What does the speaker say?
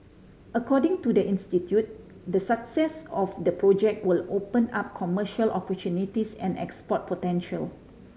according to the institute the success of the project will open up commercial opportunities and export potential